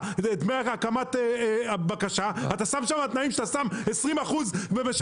דמי הקמת בקשה; אנחנו שמים 20% שאנחנו לא יכולים